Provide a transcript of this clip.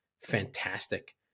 fantastic